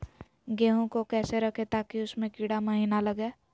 गेंहू को कैसे रखे ताकि उसमे कीड़ा महिना लगे?